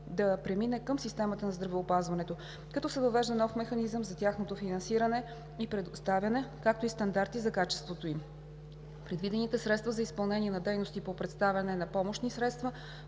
да премине към системата на здравеопазването, като се въвежда нов механизъм за тяхното финансиране и предоставяне, както и стандарти за качеството им. Предвидените средства за изпълнение на дейности по предоставяне на помощни средства,